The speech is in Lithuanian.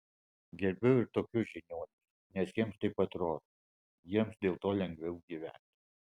gerbiu ir tokius žiniuonius nes jiems taip atrodo jiems dėl to lengviau gyventi